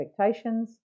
expectations